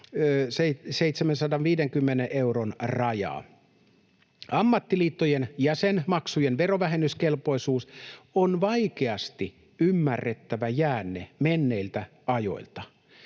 750 euron rajaa. Ammattiliittojen jäsenmaksujen verovähennyskelpoisuus on vaikeasti ymmärrettävä jäänne menneiltä ajoilta.